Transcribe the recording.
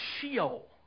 Sheol